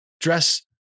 dress